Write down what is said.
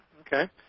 Okay